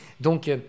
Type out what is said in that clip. donc